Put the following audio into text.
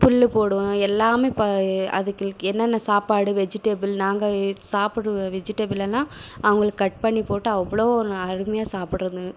புல் போடுவோம் எல்லாமே இப்போ அதுக்கு என்னென்ன சாப்பாடு வெஜிடபுள் நாங்கள் சாப்பிட வெஜிடபுள் எல்லாம் அவர்களுக்கு கட் பண்ணி போட்டு அவ்வளோ ஒரு அருமையாக சாப்பிட்றது